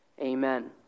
amen